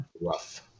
Rough